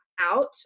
out